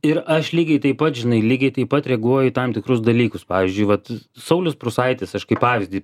ir aš lygiai taip pat žinai lygiai taip pat reaguoju į tam tikrus dalykus pavyzdžiui vat saulius prūsaitis aš kaip pavyzdį